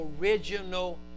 original